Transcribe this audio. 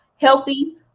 healthy